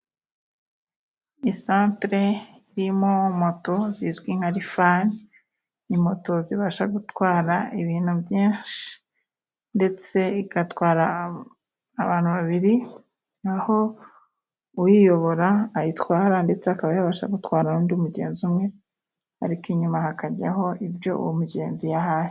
Isantere irimo moto zizwi nka lifani ni moto zibasha gutwara ibintu byinshi ndetse igatwara abantu babiri, aho uyiyobora ayitwara ndetse akaba yabasha gutwara undi mugenzi umwe, ariko inyuma hakajyaho ibyo uwo mugenzi yahashye.